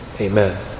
Amen